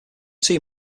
two